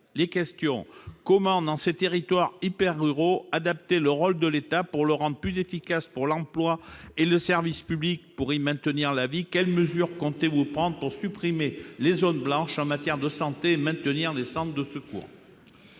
mes questions : comment, dans ces territoires hyper-ruraux, adapter le rôle de l'État pour le rendre plus efficace, pour l'emploi et le service public, pour y maintenir la vie ? Quelles mesures comptez-vous prendre pour supprimer les zones blanches en matière de santé et maintenir les centres de secours ?